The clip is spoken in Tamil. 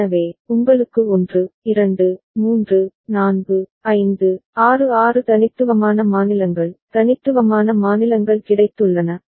எனவே உங்களுக்கு 1 2 3 4 5 6 6 தனித்துவமான மாநிலங்கள் தனித்துவமான மாநிலங்கள் கிடைத்துள்ளன